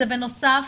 זה בנוסף.